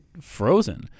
frozen